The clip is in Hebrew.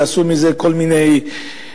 יעשו מזה כל מיני מניפולציות.